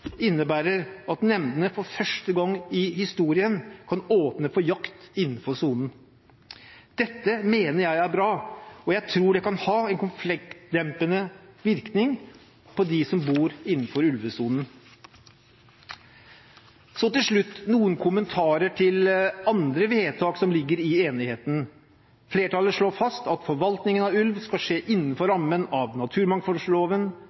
innebærer at nemndene for første gang i historien kan åpne for jakt innenfor sonen. Dette mener jeg er bra, og jeg tror det kan ha en konfliktdempende virkning på dem som bor innenfor ulvesonen. Så til slutt noen kommentarer til andre vedtak som ligger i enigheten. Flertallet slår fast at forvaltningen av ulv skal skje innenfor